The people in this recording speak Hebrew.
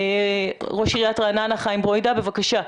ראש עירית רעננה חיים ברוידא בבקשה.